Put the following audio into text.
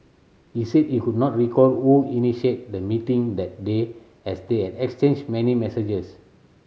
he said he could not recall who initiated the meeting that day as they had exchanged many messages